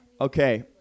Okay